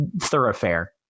thoroughfare